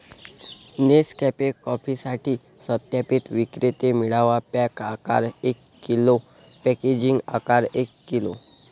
Nescafe कॉफीसाठी सत्यापित विक्रेते मिळवा, पॅक आकार एक किलो, पॅकेजिंग आकार एक किलो